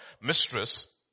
mistress